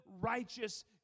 righteous